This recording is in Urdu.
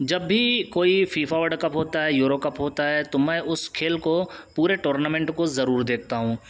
جب بھی کوئی فیفا ورلڈ کپ ہوتا ہے یورو کپ ہوتا ہے تو میں اس کھیل کو پورے ٹورنامنٹ کو ضرور دیکھتا ہوں